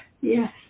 Yes